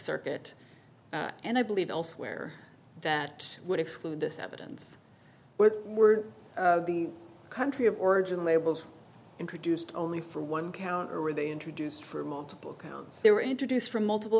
circuit and i believe elsewhere that would exclude this evidence where were the country of origin labels introduced only for one count or were they introduced for multiple counts they were introduced from multiple